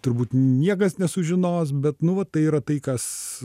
turbūt niekas nesužinos bet nu va tai yra tai kas